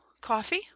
coffee